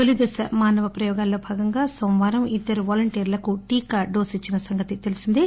తొలిదశ మానవ ప్రయోగాల్లో భాగంగా సోమవారం ఇద్దరు వాలంటీర్లకు టీకా డోసు ఇచ్చిన సంగతి తెలిసిందే